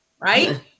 Right